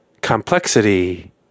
complexity